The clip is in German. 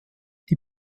die